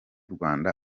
rwanda